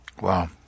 Wow